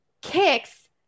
kicks